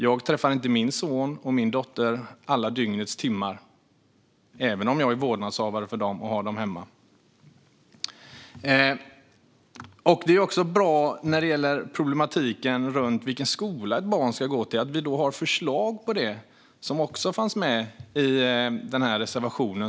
Jag träffar inte min son och min dotter alla dygnets timmar, även om jag är vårdnadshavare för dem och har dem hemma. När det gäller problematiken runt vilken skola ett barn ska gå i är det bra att vi har förslag om det i vår reservation.